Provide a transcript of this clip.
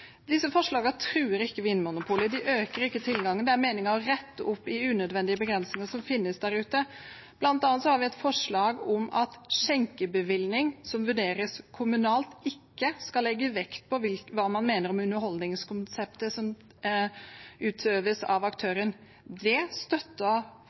Disse forslagene truer ikke Vinmonopolet, de øker ikke tilgangen. Det er meningen å rette opp i unødvendige begrensninger som finnes der ute, bl.a. har vi et forslag om at skjenkebevilling som vurderes kommunalt, ikke skal legge vekt på hva man mener om underholdningskonseptet som utøves av